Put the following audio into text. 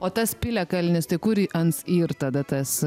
o tas piliakalnis tai kur ans yr